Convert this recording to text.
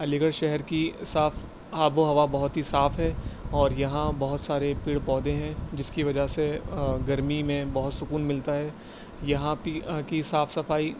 علی گڑھ شہر کی صاف آب و ہوا بہت ہی صاف ہے اور یہاں بہت سارے پیڑ پودے ہیں جس کی وجہ سے گرمی میں بہت سکون ملتا ہے یہاں پی کی صاف صفائی